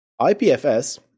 ipfs